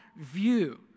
view